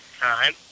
time